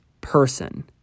person